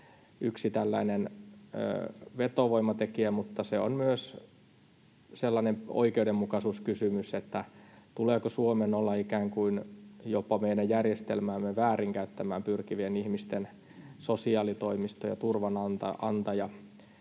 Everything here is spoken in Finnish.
myös sellainen oikeudenmukaisuuskysymys, tuleeko Suomen olla ikään kuin jopa meidän järjestelmäämme väärin käyttämään pyrkivien ihmisten sosiaalitoimisto ja turvanantaja.